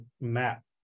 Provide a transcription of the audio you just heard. map